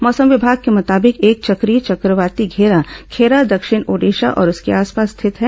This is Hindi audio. मौसम विमाग के मुताबिक एक चक्रीय चक्रवाती घेरा खेरा दक्षिण ओडिशा और उसके आसपास स्थित है